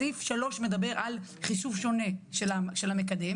זה יותר מהממוצע ואין גידול של 45 אחוזים בתקרות